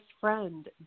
friend